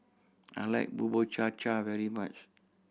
I like Bubur Cha Cha very much